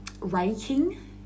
raking